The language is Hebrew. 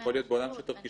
יכול להיות שזה שמחובר